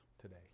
today